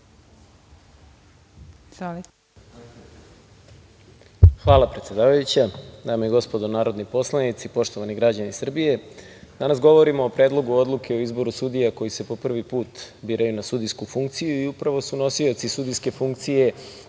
Hvala. Dame i gospodo narodni poslanici, poštovani građani Srbije, danas govorimo o Predlogu odluke o izboru sudija koji se po prvi put biraju na sudijsku funkciju i upravo su nosioci sudijske funkcije